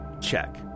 Check